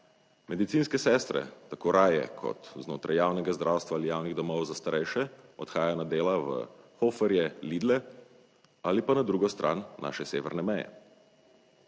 Medicinske sestre tako raje kot znotraj javnega zdravstva ali javnih domov za starejše odhajajo na dela v Hoferje, Lidle ali pa na drugo stran naše severne meje.